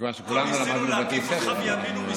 מכיוון שכולנו למדנו בבתי ספר.